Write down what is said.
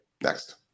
Next